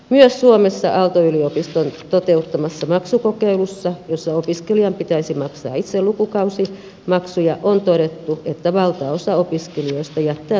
myös suomessa aalto yliopiston toteuttamassa maksukokeilussa jossa opiskelijan pitäisi maksaa itse lukukausimaksuja on todettu että valtaosa opiskelijoista jättää saapumatta opiskelupaikkaan